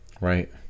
Right